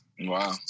Wow